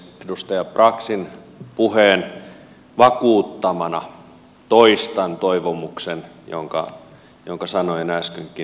edustaja braxin puheen vakuuttamana toistan toivomuksen jonka sanoin äskenkin